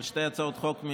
של שתי הצעות חוק,